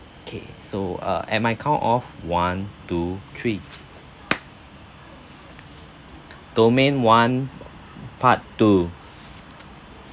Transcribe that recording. okay so uh and my count of one two three domain one part two